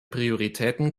prioritäten